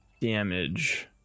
damage